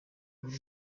imbwa